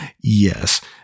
Yes